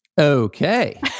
Okay